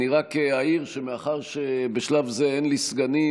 אני רק אעיר שמאחר שבשלב זה אין לי סגנים,